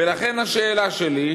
ולכן השאלה שלי,